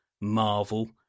marvel